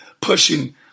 pushing